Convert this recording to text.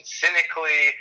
cynically